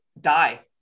die